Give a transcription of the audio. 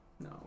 No